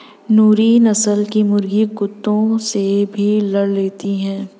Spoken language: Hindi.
नूरी नस्ल की मुर्गी कुत्तों से भी लड़ लेती है